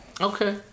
Okay